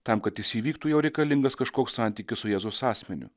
tam kad jis įvyktų jau reikalingas kažkoks santykis su jėzaus asmeniu